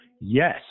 Yes